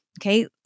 okay